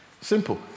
Simple